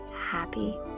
happy